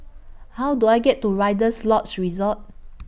How Do I get to Rider's Lodge Resort